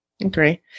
Agree